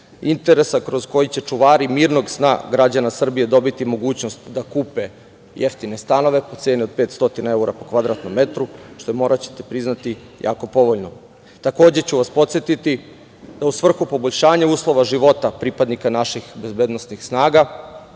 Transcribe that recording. interesa kroz koji će čuvari mirno sna građana Srbije dobiti mogućnost da kupe jeftine stanove po ceni od 500 evra po kvadratnom metru, što je moraćete priznati jako povoljno. Takođe ću vas podsetiti, da u svrhu poboljšanja uspeha života pripadnika naših bezbednosnih snaga,